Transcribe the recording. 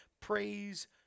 praise